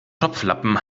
topflappen